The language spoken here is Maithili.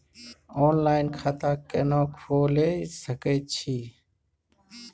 ऑनलाइन खाता केना खोले सकै छी?